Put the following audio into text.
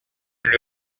comme